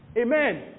Amen